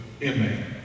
inmate